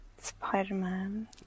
Spider-Man